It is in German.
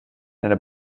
einer